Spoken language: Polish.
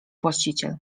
właściciel